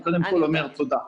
אני קודם כל אומר תודה.